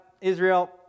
Israel